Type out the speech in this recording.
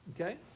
Okay